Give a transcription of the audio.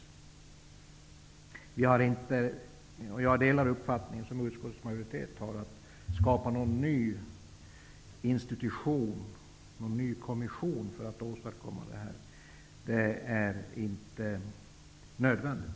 Jag delar utskottsmajoritetens uppfattning att det inte är nödvändigt att skapa en ny instutition eller kommission för att åstadkomma det.